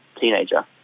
teenager